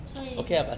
所以